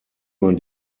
man